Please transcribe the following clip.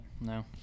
No